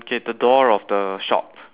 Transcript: K the door of the shop